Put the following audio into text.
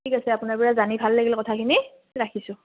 ঠিক আছে আপোনাৰ পৰা জানি ভাল লাগিল কথাখিনি ৰাখিছোঁ